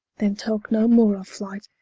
then talke no more of flight,